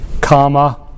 comma